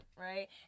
right